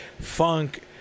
Funk